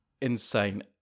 insane